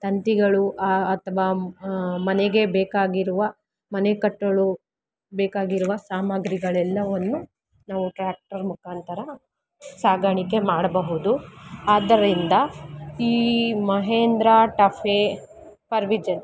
ತಂತಿಗಳು ಅಥ್ವಾ ಮನೆಗೆ ಬೇಕಾಗಿರುವ ಮನೆ ಕಟ್ಟಲು ಬೇಕಾಗಿರುವ ಸಾಮಗ್ರಿಗಳೆಲ್ಲವನ್ನೂ ನಾವು ಟ್ರ್ಯಾಕ್ಟರ್ ಮುಖಾಂತರ ಸಾಗಾಣಿಕೆ ಮಾಡಬಹುದು ಆದ್ದರಿಂದ ಈ ಮಹೇಂದ್ರ ಟಫೆ ಫರ್ವಿಜನ್